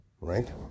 Right